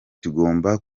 tugomba